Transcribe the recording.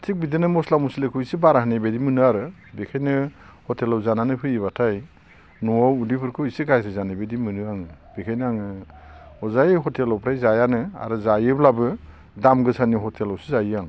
थिख बिदिनो मस्ला मस्लिफोरखौ इसे बारा होनाय बायदि मोनो आरो बेखायनो हटेलाव जानानै फैयोब्लाथाय न'आव उदैफोरखौ इसे गाज्रि जानाय बायदि मोनो आङो बेखायनो आङो हजाय हटेलाव फ्राय जायानो आरो जायोब्लाबो दामगोसानि हटेलावसो जायो आं